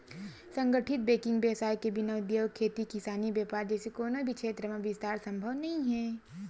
संगठित बेंकिग बेवसाय के बिना उद्योग, खेती किसानी, बेपार जइसे कोनो भी छेत्र म बिस्तार संभव नइ हे